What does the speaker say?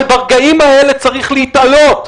אבל ברגעים האלה צריך להתעלות.